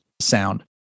sound